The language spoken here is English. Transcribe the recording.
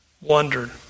wondered